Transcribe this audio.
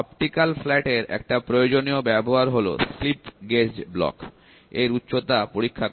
optical ফ্ল্যাটের একটা প্রয়োজনীয় ব্যবহার হলো স্লিপ গেজ ব্লক এর উচ্চতা পরীক্ষা করা